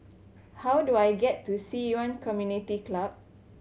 how do I get to Ci Yuan Community Club